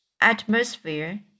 atmosphere